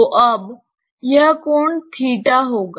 तो अब यह कोण होगा